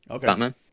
Batman